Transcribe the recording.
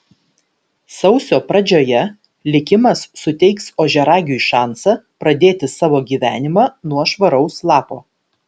sausio pradžioje likimas suteiks ožiaragiui šansą pradėti savo gyvenimą nuo švaraus lapo